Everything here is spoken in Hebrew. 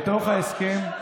בתוך ההסכם,